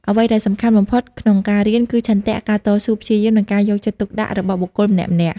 អ្វីដែលសំខាន់បំផុតក្នុងការៀន គឺឆន្ទៈ ការតស៊ូព្យាយាម និងការយកចិត្តទុកដាក់របស់បុគ្គលម្នាក់ៗ។